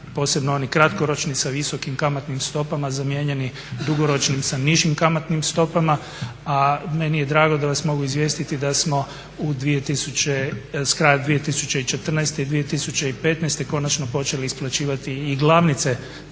posebno oni kratkoročni sa visokim kamatnim stopama zamijenjeni dugoročnim sa nižim kamatnim stopama, a meni je drago da vas mogu izvijestiti da smo s kraja 2014. i 2015. konačno počeli i isplaćivati i glavnice